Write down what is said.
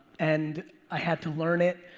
and i had to learn it.